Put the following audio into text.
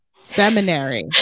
Seminary